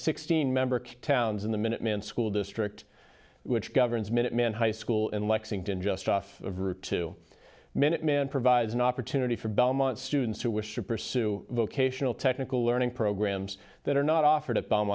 sixteen member towns in the minuteman school district which governs minuteman high school in lexington just off of route two minuteman provides an opportunity for belmont students who wish to pursue vocational technical learning programs that are not offered a bomb